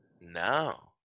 No